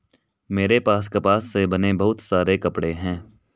मेरे पास कपास से बने बहुत सारे कपड़े हैं